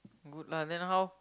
good lah then how